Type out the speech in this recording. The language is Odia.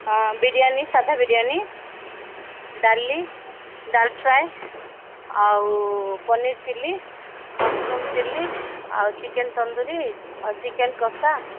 ବିରିୟାନୀ ସାଦା ବିରିୟାନୀ ଡାଲି ଡାଲ୍ ଫ୍ରାଏ ଆଉ ପନିର୍ ଚିଲ୍ଲି ମସ୍ରୁମ୍ ଚିଲ୍ଲି ଆଉ ଚିକେନ୍ ତନ୍ଦୁରି ଆଉ ଚିକେନ୍ କଷା